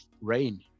rain